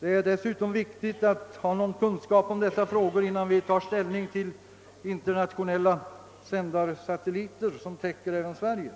Det är dessutom viktigt att ha någon kunskap om dessa frågor, innan vi tar ställning till frågan om internationella sändarsatelliter som täcker även Sverige.